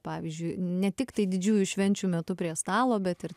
pavyzdžiui ne tiktai didžiųjų švenčių metu prie stalo bet ir